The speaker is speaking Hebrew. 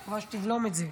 אני מקווה שתבלום את זה.